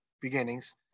beginnings